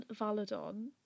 Valadon